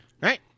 right